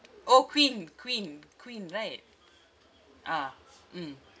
orh queen queen queen right ah mm